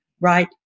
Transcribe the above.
right